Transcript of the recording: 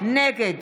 נגד